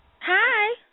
Hi